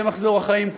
זה מחזור החיים,